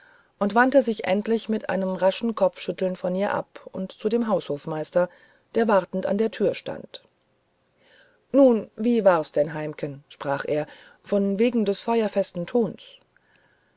und wandte sich endlich mit einem raschen kopfschütteln von ihr ab und zu dem haushofmeister der wartend an der tür stand nun wie war's denn heimken sprach er von wegen des feuerfesten tons